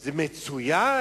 זה מצוין,